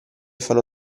fanno